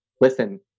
listen